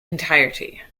entirety